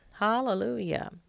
Hallelujah